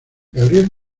gabriel